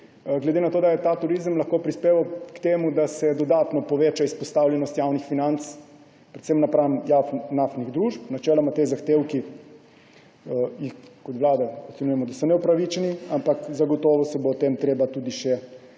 glede na to, da je ta turizem lahko prispeval k temu, da se dodatno poveča izpostavljenost javnih financ predvsem napram naftnim družbam. Načeloma te zahtevke kot Vlada ocenjujemo, da so neupravičeni, ampak zagotovo se bo o tem treba tudi še pogovarjati.